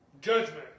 judgment